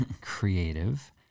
creative